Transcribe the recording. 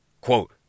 Quote